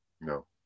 No